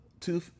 two